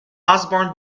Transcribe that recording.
osborn